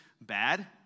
bad